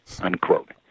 unquote